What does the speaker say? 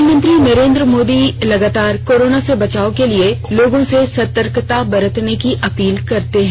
प्रधानमंत्री नरेन्द्र मोदी लगातार कोरोना से बचाव के लिए लोगों से सतर्कता बरतने की अपील करते रहे हैं